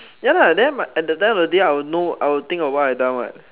ya lah then at the time of the day I would know I would think of what I have done [what]